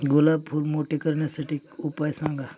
गुलाब फूल मोठे करण्यासाठी उपाय सांगा?